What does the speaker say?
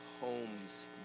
homes